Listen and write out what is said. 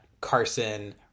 Carson